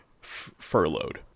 furloughed